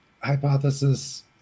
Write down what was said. hypothesis